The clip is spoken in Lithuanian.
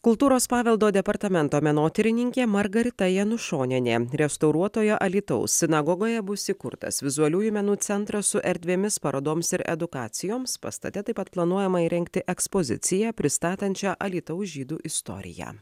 kultūros paveldo departamento menotyrininkė margarita janušonienė restauruotoje alytaus sinagogoje bus įkurtas vizualiųjų menų centras su erdvėmis parodoms ir edukacijoms pastate taip pat planuojama įrengti ekspoziciją pristatančią alytaus žydų istoriją